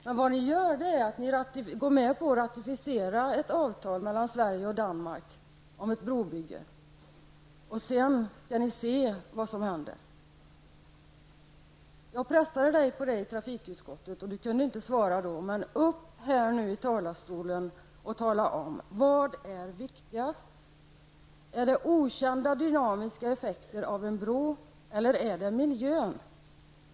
Men vad ni gör är att ni går med på att ratificera ett avtal mellan Sverige och Danmark om ett brobygge, sedan skall ni se vad som händer. Jag pressade Anders Castberger i trafikutskottet, men han kunde inte ge något svar. Gå nu upp i talarstolen och tala om vad som är viktigast: okända dynamiska effekter av en bro eller miljön.